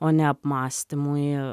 o ne apmąstymui